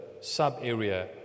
sub-area